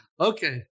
Okay